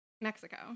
Mexico